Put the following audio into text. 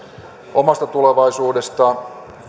omasta tulevaisuudestaan